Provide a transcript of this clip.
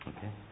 Okay